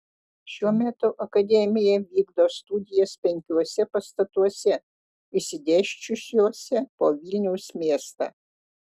šiuo metu akademija vykdo studijas penkiuose pastatuose išsidėsčiusiuose po vilniaus miestą